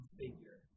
figure